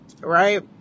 right